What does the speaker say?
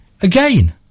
Again